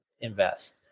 invest